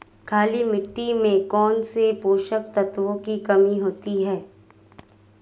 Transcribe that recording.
काली मिट्टी में कौनसे पोषक तत्वों की कमी होती है?